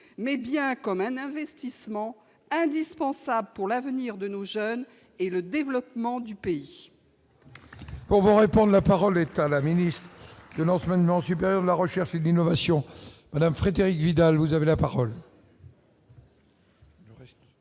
mais bien comme un investissement indispensable pour l'avenir de nos jeunes et le développement du pays.